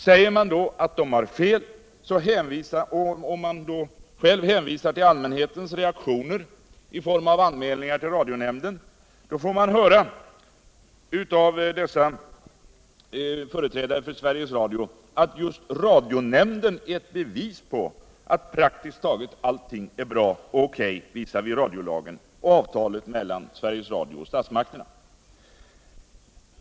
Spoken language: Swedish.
Säger man då att de har fel och hänvisar till allmänhetens reaktioner i form av anmälningar till radionämnden, så får man höra av företrädarna för Sveriges Radio att just radionämnden är ett bevis på att praktiskt taget allting är bra och O. K. visavi radiolagen och avtalet mellan Sveriges Radio och statsmakterna.